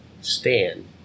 stand